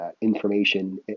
information